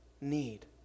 need